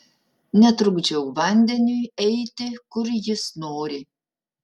netrukdžiau vandeniui eiti kur jis nori